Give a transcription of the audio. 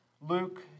Luke